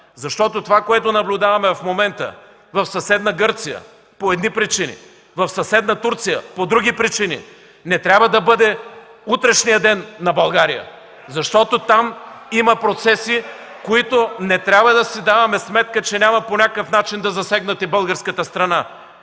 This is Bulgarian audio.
Защото това, което наблюдаваме в момента в съседна Гърция – по едни причини, в съседна Турция – по други причини, не трябва да бъде утрешният ден на България! (Ръкопляскания от КБ.) Защото там има процеси, които трябва да си даваме сметка, че могат по някакъв начин да засегнат българската страна.